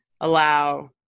allow